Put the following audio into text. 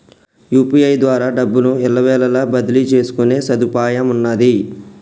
UPI ద్వారా డబ్బును ఎల్లవేళలా బదిలీ చేసుకునే సదుపాయమున్నాది